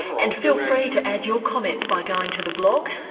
and feel free to add your comments by going to the blog,